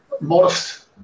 modest